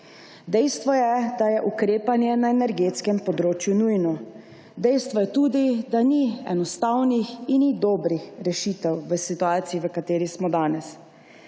Dejstvo je, da je ukrepanje na energetskem področju nujno. Dejstvo je tudi, da ni enostavnih in ni dobrih rešitev v situaciji, v kateri smo danes.